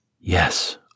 Yes